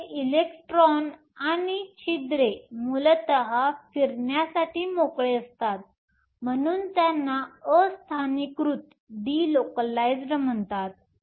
हे इलेक्ट्रॉन आणि छिद्रे मूलत फिरण्यासाठी मोकळे असतात म्हणून त्यांना अस्थानिकीकृत म्हणतात